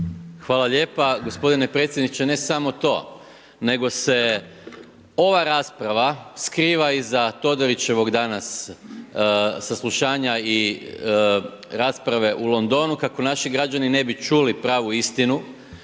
Hvala lijepa. Gospodine predsjedniče, ne samo to nego se ova rasprava skriva iza Todorićevog danas saslušanja i rasprave u Londonu kako naši građani ne bi čuli pravu istinu.